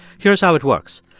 here's how it works.